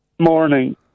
morning